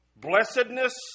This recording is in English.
blessedness